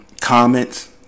comments